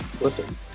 Listen